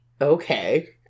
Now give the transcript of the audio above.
Okay